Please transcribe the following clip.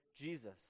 Jesus